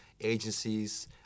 agencies